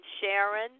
Sharon